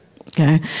okay